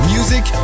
Music